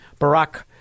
Barack